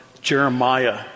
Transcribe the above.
Jeremiah